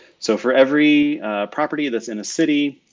so for every property that's in the city,